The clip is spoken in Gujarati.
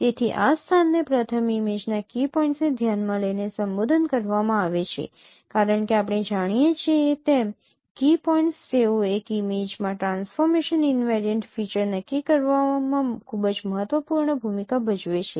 તેથી આ સ્થાનને પ્રથમ ઇમેજના કી પોઇન્ટ્સને ધ્યાનમાં લઈને સંબોધન કરવામાં આવે છે કારણ કે આપણે જાણીએ છીએ તેમ કી પોઇન્ટ્સ તેઓ એક ઇમેજમાં ટ્રાન્સફોર્મેશન ઈનવેરિયન્ટ ફીચર્સ નક્કી કરવામાં ખૂબ જ મહત્વપૂર્ણ ભૂમિકા ભજવે છે